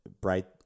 bright